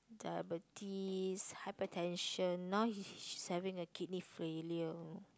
diabetes hypertension now she's having a kidney failure